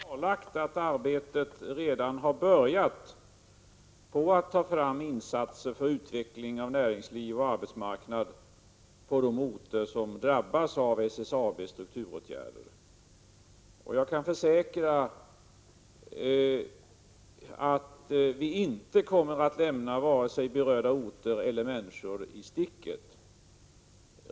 Herr talman! Jag har i mitt svar klarlagt att arbetet redan har börjat på att ta fram insatser för utveckling av näringsliv och arbetsmarknad på de orter som drabbas av SSAB:s strukturåtgärder. Jag kan försäkra att vi inte kommer att lämna vare sig berörda orter eller berörda människor i sticket.